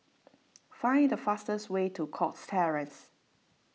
find the fastest way to Cox Terrace